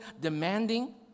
demanding